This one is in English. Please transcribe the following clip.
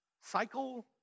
cycle